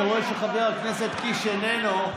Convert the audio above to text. אני רואה שחבר הכנסת קיש איננו.